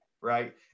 right